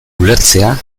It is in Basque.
ulertzea